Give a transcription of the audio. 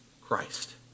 Christ